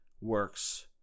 works